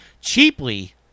cheaply